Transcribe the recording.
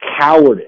cowardice